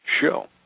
show